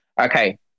Okay